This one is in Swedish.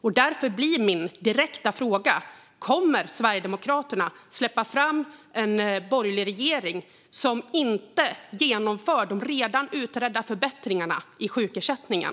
Därför blir min direkta fråga: Kommer Sverigedemokraterna att släppa fram en borgerlig regering som inte genomför de redan utredda förbättringarna i sjukersättningen?